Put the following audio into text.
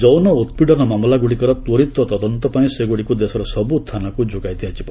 ଯୌନ ଉତ୍ପୀଡନ ମାମଲାଗୁଡ଼ିକର ତ୍ୱରିତ ତଦନ୍ତ ପାଇଁ ସେଗୁଡ଼ିକୁ ଦେଶର ସବୁ ଥାନାକୁ ଯୋଗାଇ ଦିଆଯିବ